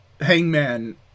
Hangman